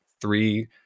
three